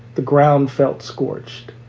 the ground felt scorched.